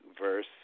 verse